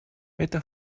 это